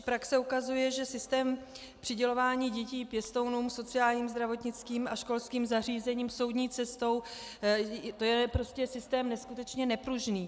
Praxe ukazuje, že systém přidělování dětí pěstounům, sociálním, zdravotnickým a školským zařízením soudní cestou, to je systém neskutečně nepružný.